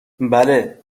بله